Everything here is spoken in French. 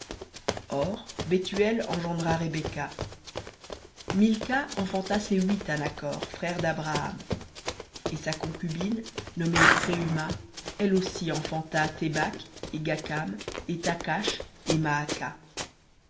or bethuel engendra rebecca milca enfanta ces huit à nakhor frère dabraham et sa concubine nommée reüma elle aussi enfanta tébakh et gakham et thakhash et maaca